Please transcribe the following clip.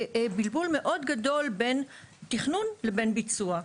בלבול גדול מאוד בין תכנון לבין ביצוע.